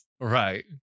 Right